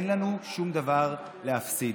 אין לנו שום דבר להפסיד.